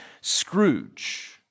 Scrooge